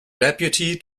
deputy